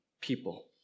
people